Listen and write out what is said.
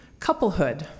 Couplehood